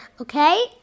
Okay